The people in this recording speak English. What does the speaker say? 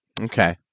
Okay